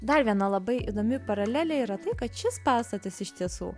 dar viena labai įdomi paralelė yra tai kad šis pastatas iš tiesų